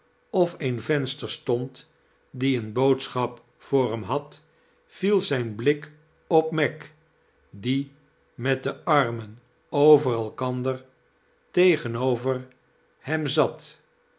of een venster stond die een boodschap voor hem had viel zijn blik op meg die met de armen over elkander tegenover hem zat